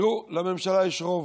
תראו, לממשלה יש רוב,